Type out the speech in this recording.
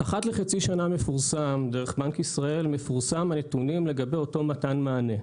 אחת לחצי שנה מפורסמים דרך בנק ישראל הנתונים לגבי אותו מתן מענה.